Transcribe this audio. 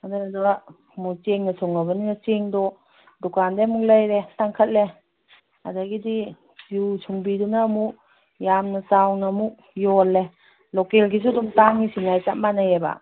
ꯑꯗꯨꯗꯣ ꯑꯃꯨꯛ ꯆꯦꯡꯅ ꯁꯨꯡꯉꯕꯅꯤꯅ ꯆꯦꯡꯗꯣ ꯗꯨꯀꯥꯟꯗꯒꯤ ꯑꯃꯨꯛ ꯂꯩꯔꯦ ꯇꯥꯡꯈꯠꯂꯦ ꯑꯗꯒꯤꯗꯤ ꯌꯨ ꯁꯨꯡꯕꯤꯗꯨꯅ ꯑꯃꯨꯛ ꯌꯥꯝꯅ ꯆꯥꯎꯅ ꯑꯃꯨꯛ ꯌꯣꯜꯂꯦ ꯂꯣꯀꯦꯜꯒꯤꯁꯨ ꯑꯗꯨꯝ ꯇꯥꯡꯉꯤꯁꯤꯅꯦ ꯆꯞ ꯃꯥꯟꯅꯩꯑꯕ